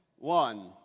One